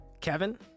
Kevin